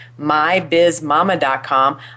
MyBizMama.com